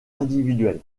individuel